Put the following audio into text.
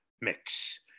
mix